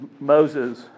Moses